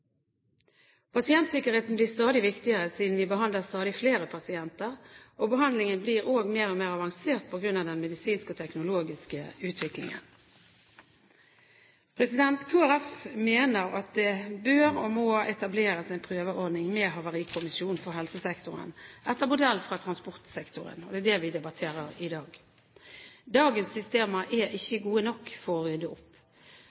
Pasientsikkerheten blir stadig viktigere, siden vi behandler stadig flere pasienter, og behandlingen blir også mer og mer avansert på grunn av den medisinske og teknologiske utviklingen. Kristelig Folkeparti mener at det bør og må etableres en prøveordning med en havarikommisjon for helsesektoren etter modell fra transportsektoren. Det er det vi debatterer i dag. Dagens systemer er ikke gode nok for å rydde opp.